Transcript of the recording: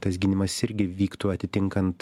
tas gynimas irgi vyktų atitinkant